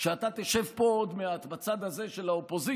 כשאתה תשב פה עוד מעט בצד הזה של האופוזיציה,